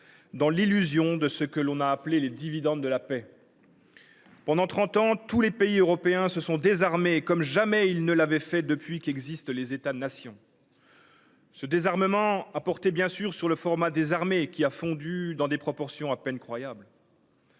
dans l’illusion de ce que l’on a appelé « les dividendes de la paix ». Pendant trente ans, tous les pays européens se sont désarmés comme jamais ils ne l’avaient fait depuis qu’existent les États nations. Ce désarmement a porté, bien sûr, sur le format des armées, qui a fondu dans des proportions à peine croyables.